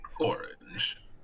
orange